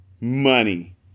Money